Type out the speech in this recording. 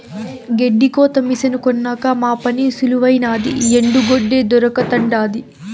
గెడ్డి కోత మిసను కొన్నాక మా పని సులువైనాది ఎండు గెడ్డే దొరకతండాది